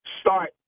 start